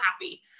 happy